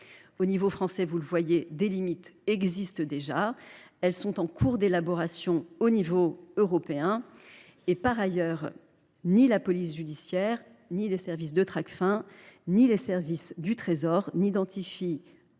Au niveau français, donc, des limites existent déjà. Elles sont en cours d’élaboration au niveau européen. Par ailleurs, ni la police judiciaire, ni Tracfin, ni les services du Trésor n’identifient